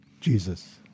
Jesus